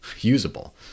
usable